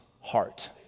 heart